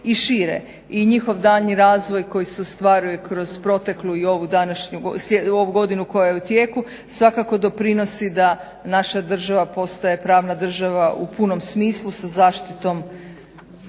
I njihov daljnji razvoj koji se ostvaruje kroz proteklu i ovu godinu koja je u tijeku svakako doprinosi da naša država postaje pravna država u punom smislu sa zaštitom